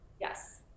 Yes